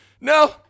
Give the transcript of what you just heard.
No